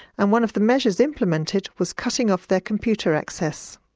and one of the measures implemented was cutting off their computer access.